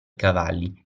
cavalli